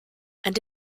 and